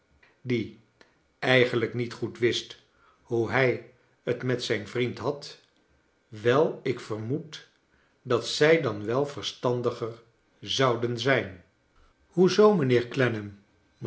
die eigenlijk niet goed wist hoe hij t met zijn vriend had wel ik vermoed dat zij dan wel vers tandiger z ouden zij n hoe zoo